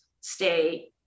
stay